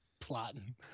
Plotting